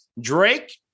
Drake